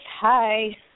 Hi